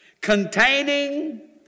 Containing